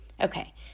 Okay